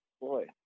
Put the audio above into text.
Boy